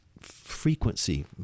frequency